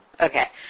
Okay